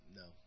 no